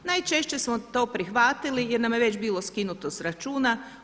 Najčešće smo to prihvatili jer nam je već bilo skinuto sa računa.